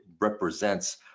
represents